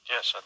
Yes